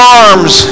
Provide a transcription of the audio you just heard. arms